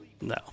No